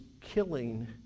killing